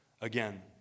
again